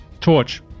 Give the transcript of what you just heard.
Torch